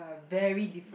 ~a very different